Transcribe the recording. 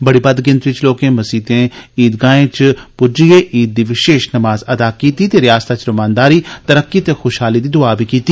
बड़ी बद्द गिनत्री च लोकें मसीतें इदगाहें च पुज्जे ते ईद दी विशेष नमाज अदा कीती ते रयासतै च रमानदारी तरक्की ते खुशहाली लेई दुआ कीती